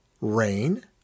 rain